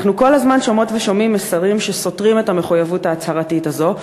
אנחנו כל הזמן שומעות ושומעים מסרים שסותרים את המחויבות ההצהרתית הזאת,